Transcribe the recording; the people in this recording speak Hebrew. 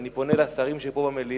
ואני פונה אל השרים שפה במליאה